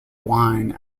wine